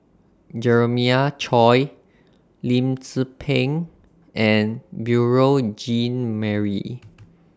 Jeremiah Choy Lim Tze Peng and Beurel Jean Marie